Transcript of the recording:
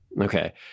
Okay